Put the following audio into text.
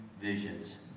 visions